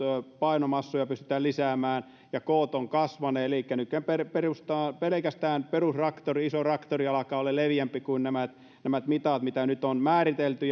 painomassoja pystytään lisäämään ja koot ovat kasvaneet elikkä nykyään pelkästään perustraktori iso traktori alkaa olemaan leveämpi kuin nämä nämä mitat mitä nyt on määritelty